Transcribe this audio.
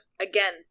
again